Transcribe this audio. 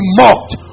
mocked